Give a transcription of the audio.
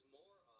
more